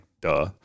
duh